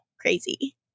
Crazy